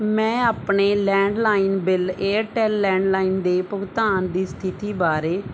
ਮੈਂ ਆਪਣੇ landline bill Airtel landline ਦੇ ਭੁਗਤਾਨ ਦੀ ਸਥਿਤੀ ਬਾਰੇ